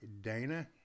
Dana